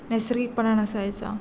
नैसर्गिकपणा नसायचा